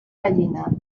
gallina